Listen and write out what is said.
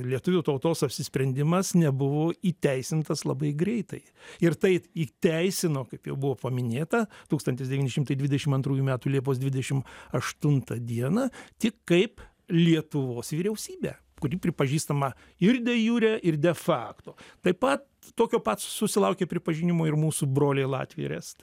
lietuvių tautos apsisprendimas nebuvo įteisintas labai greitai ir tai t įteisino kaip jau buvo paminėta tūkstantis devyni šimtai dvidešim antrųjų metų liepos dvidešim aštuntą dieną tik kaip lietuvos vyriausybę kuri pripažįstama ir de jure ir de facto taip pat tokio pat susilaukė pripažinimo ir mūsų broliai latviai ir estai